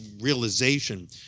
realization